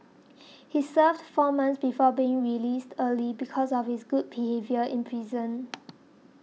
he served four months before being released early because of his good behaviour in prison